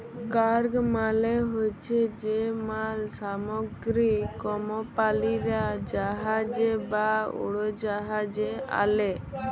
cargo মালে হছে যে মাল সামগ্রী কমপালিরা জাহাজে বা উড়োজাহাজে আলে